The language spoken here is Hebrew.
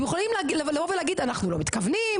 אתם יכולים לבוא ולהגיד אנחנו לא מתכוונים,